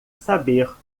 saber